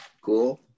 Cool